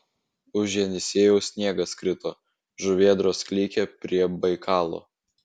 už jenisiejaus sniegas krito žuvėdros klykė prie baikalo